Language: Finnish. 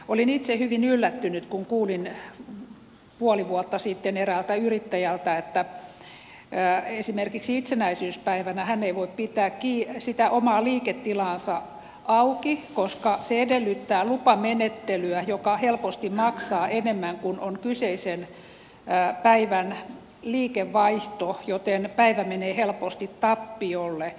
olin itse hyvin yllättynyt kun kuulin puoli vuotta sitten eräältä yrittäjältä että esimerkiksi itsenäisyyspäivänä hän ei voi pitää sitä omaa liiketilaansa auki koska se edellyttää lupamenettelyä joka helposti maksaa enemmän kuin on kyseisen päivän liikevaihto joten päivä menee helposti tappiolle